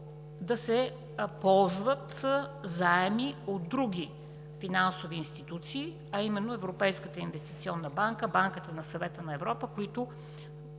да се ползват заеми от други финансови институции, а именно Европейската инвестиционна банка, Банката на Съвета на Европа, с които